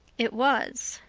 it was.